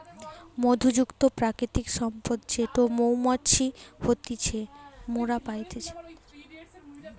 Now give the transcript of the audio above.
মধু যুক্ত প্রাকৃতিক সম্পদ যেটো মৌমাছি হইতে মোরা পাইতেছি